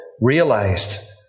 realized